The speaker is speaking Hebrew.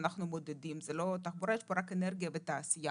זה לא תחבורה, יש פה רק אנרגיה ותעשייה.